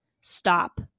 stop